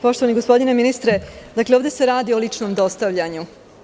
Poštovani gospodine ministre, ovde se radi o ličnom dostavljanju.